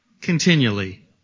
continually